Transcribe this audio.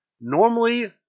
Normally